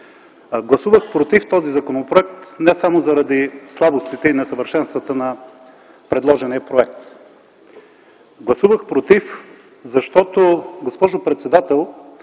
Гласувах против този законопроект не само заради слабостите и несъвършенствата на предложения проект. Гласувах против, госпожо председател,